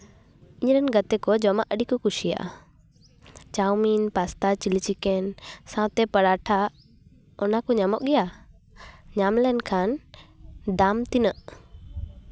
ᱤᱧ ᱨᱮᱱ ᱜᱟᱛᱮ ᱠᱚ ᱡᱚᱢᱟᱜ ᱟᱹᱰᱤ ᱠᱚ ᱠᱩᱥᱤᱭᱟᱜᱼᱟ ᱪᱟᱣᱢᱤᱱ ᱯᱟᱥᱛᱟ ᱪᱤᱞᱤ ᱪᱤᱠᱮᱱ ᱥᱟᱶᱛᱮ ᱯᱚᱨᱳᱴᱷᱟ ᱚᱱᱟ ᱠᱚ ᱧᱟᱢᱚᱜ ᱜᱮᱭᱟ ᱧᱟᱢ ᱞᱮᱱᱠᱷᱟᱱ ᱫᱟᱢ ᱛᱤᱱᱟᱹᱜ